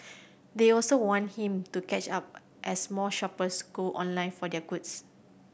they also want him to catch up as more shoppers go online for their goods